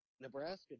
Nebraska